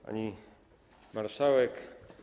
Pani Marszałek!